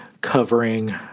covering